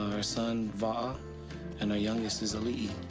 our son va and our youngest is ali'i.